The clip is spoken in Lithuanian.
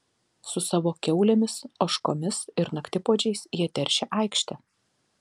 su savo kiaulėmis ožkomis ir naktipuodžiais jie teršia aikštę